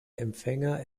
empfänger